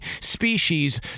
species